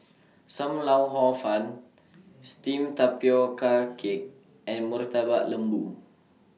SAM Lau Hor Fun Steamed Tapioca Cake and Murtabak Lembu